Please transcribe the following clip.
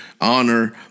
honor